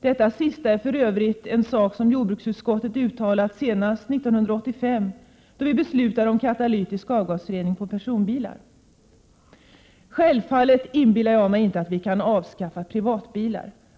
Detta sista är för övrigt en sak som jordbruksutskottet uttalade senast 1985, då vi beslutade om katalytisk avgasrening på personbilar. Självfallet inbillar jag mig inte att privatbilar kan avskaffas.